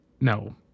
No